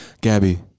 Gabby